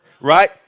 right